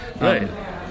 right